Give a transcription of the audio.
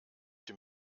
dem